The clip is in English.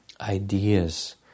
ideas